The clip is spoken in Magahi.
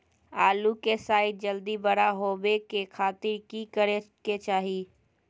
आलू के साइज जल्दी बड़ा होबे के खातिर की करे के चाही?